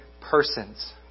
persons